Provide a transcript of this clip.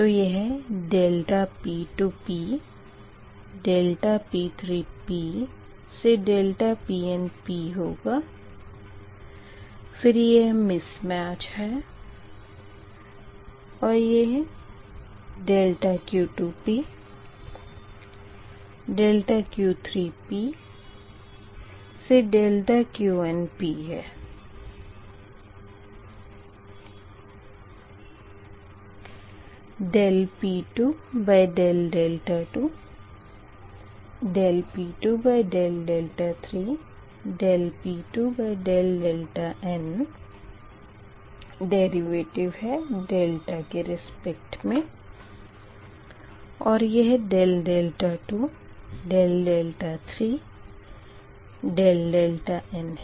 तो यह ∆P2 ∆P3up to ∆Pn होगा फिर यह मिसमेच और यह ∆Q2 ∆Q3up to ∆Qn dP2d2 dP2d3 dP2dn derivative है डेल्टा की रिस्पेक्ट मे और यह d2 d3 dn है